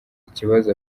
ikibazo